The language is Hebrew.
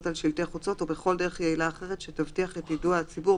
לידיעת השוהים באותו אזור ולידיעת הנוגעים